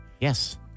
Yes